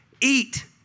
Eat